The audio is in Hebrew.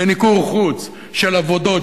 למיקור חוץ של עבודות,